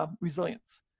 resilience